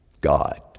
God